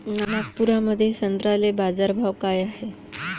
नागपुरामंदी संत्र्याले बाजारभाव काय हाय?